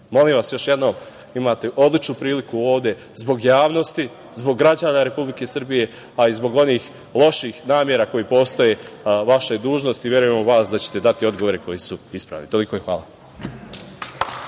tema. Molim vas još jednom, imate odličnu priliku ovde zbog javnosti, zbog građana Republike Srbije, pa i zbog onih loših namera koje postoje, vaša je dužnost i verujem u vas da ćete dati odgovore koji su ispravni. Toliko, hvala.